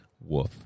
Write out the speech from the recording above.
woof